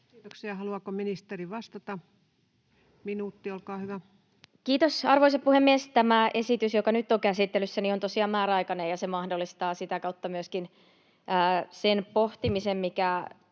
Kiitoksia. — Haluaako ministeri vastata? Minuutti, olkaa hyvä. Kiitos, arvoisa puhemies! Tämä esitys, joka nyt on käsittelyssä, on tosiaan määräaikainen, ja se mahdollistaa sitä kautta myöskin sen pohtimisen, mikä